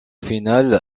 finale